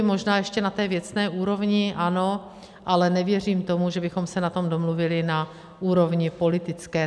Možná ještě na té věcné úrovni, ano, ale nevěřím tomu, že bychom se na tom domluvili na úrovni politické.